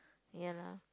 ya lah